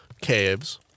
caves